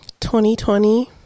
2020